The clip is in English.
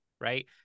right